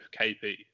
KP